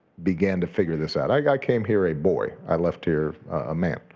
began to figure this out. i i came here a boy. i left here a man.